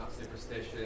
superstitious